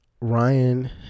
ryan